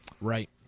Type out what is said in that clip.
Right